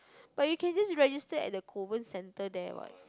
but you can just register at the Kovan centre there [what]